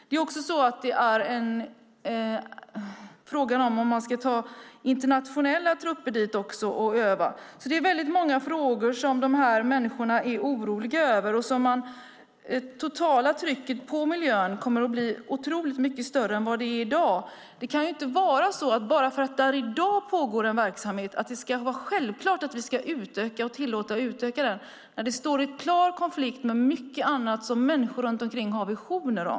Det är också frågan om man ska ta dit internationella trupper för att öva. Det finns väldigt många frågor som de här människorna är oroliga över. Det totala trycket på miljön kommer att bli otroligt mycket större än vad det är i dag. Det kan inte vara så att bara för att det pågår en verksamhet där i dag ska det vara självklart att vi ska tillåta en utökning av den. Den står i klar konflikt med mycket annat som människor har visioner om.